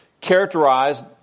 characterized